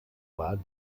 war